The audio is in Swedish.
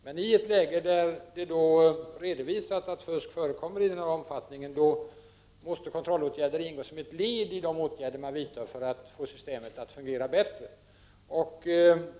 Men då det har redovisats att fusk förekommer i den här omfattningen måste kontrollåtgärder ingå som ett led i de åtgärder som man vidtar för att få systemet att fungera bättre.